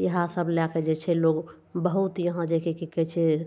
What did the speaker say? इएह सब लएके जे छै लोग बहुत यहाँ जे कि की कहय छै